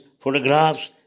photographs